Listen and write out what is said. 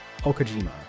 okajima